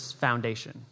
foundation